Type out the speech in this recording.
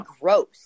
gross